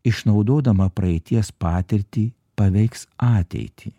išnaudodama praeities patirtį paveiks ateitį